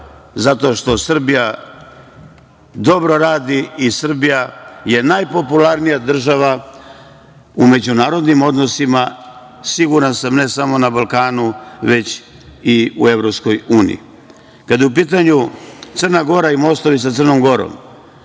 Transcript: zato što Srbija dobro radi i Srbija je najpopularnija država u međunarodnim odnosima, siguran sam ne samo na Balkanu već i EU.Kada je u pitanju Crna Gora i mostovi sa Crnom Gorom,